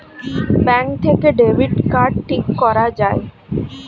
bank থেকে debit card ঠিক করা যায়